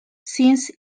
since